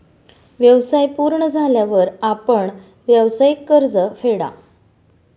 व्यवसाय पूर्ण झाल्यावर आपण व्यावसायिक कर्ज फेडा